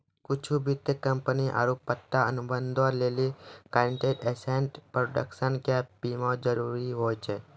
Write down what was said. कुछु वित्तीय कंपनी आरु पट्टा अनुबंधो लेली गारंटीड एसेट प्रोटेक्शन गैप बीमा जरुरी होय छै